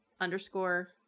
underscore